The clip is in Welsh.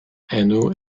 enw